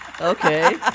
Okay